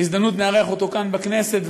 בהזדמנות נארח אותו כאן בכנסת,